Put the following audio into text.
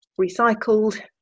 recycled